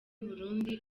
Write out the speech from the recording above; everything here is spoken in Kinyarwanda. burundi